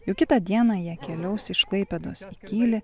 jau kitą dieną jie keliaus iš klaipėdos į kylį